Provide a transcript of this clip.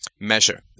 measure